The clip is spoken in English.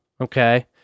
okay